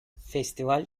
festival